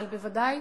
אבל בוודאי